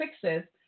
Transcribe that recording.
fixes